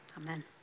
Amen